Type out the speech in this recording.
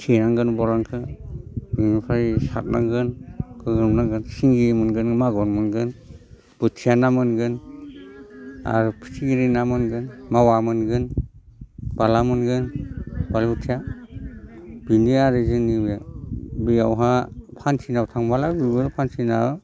थेनांगोन बलानखौ बेनिफ्राय सारनांगोन हमनांगोन सिंगि मोनगोन मागुर मोनगोन बोथिया ना मोनगोन आरो फिथिग्रि ना मोनगोन मावा मोनगोन बाला मोनगोन बालाबोथिया बेनो आरो जोंनि बे बेयावहाय फान्थिनाव थांब्ला मोनगोन फान्थिना